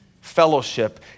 fellowship